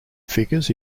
figures